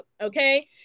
okay